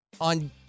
on